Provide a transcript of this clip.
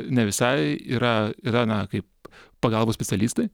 ne visai yra yra na kaip pagalbos specialistai